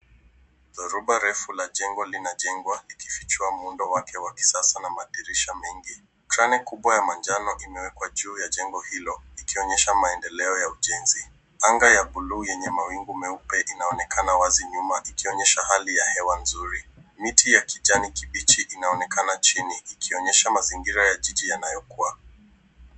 Dhoruba refu la jengo linajengwa likifichua muundo wake wa kisasa na madirisha mengine. Kreni kubwa ya manjano imewekwa juu ya jengo hilo ikionyesha maendeleo ya ujenzi. Anga ya bulu yenye mawingu meupe inaonekana wazi nyuma ikionyesha hali ya hewa nzuri. Miti ya kijani kibichi inaonekana chini ikionyesha mazingira ya jiji yanayokua.